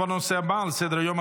נעבור לנושא הבא על סדר-היום,